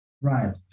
Right